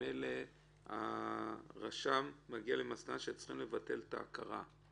וממילא הרשם מגיע למסקנה שצריך לבטל את ההכרה?